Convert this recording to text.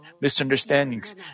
misunderstandings